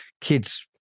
kids